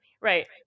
Right